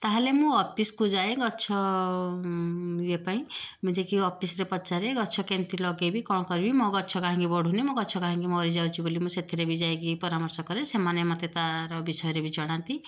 ତା'ହେଲେ ମୁଁ ଅଫିସକୁ ଯାଏ ଗଛ ଇଏ ପାଇଁ ମୁଁ ଯାଇକି ଅଫିସରେ ପଚାରେ ଗଛ କେମିତି ଲଗେଇବି କ'ଣ କରିବି ମୋ ଗଛ କାହିଁକି ବଢ଼ୁନି ମୋ ଗଛ କାହିଁକି ମରିଯାଉଛି ବୋଲି ମୁଁ ସେଥିରେ ବି ଯାଇକି ପରାମର୍ଶ କରେ ସେମାନେ ମୋତେ ତାର ବିଷୟରେ ବି ଜଣାନ୍ତି